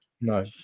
No